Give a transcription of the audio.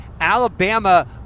Alabama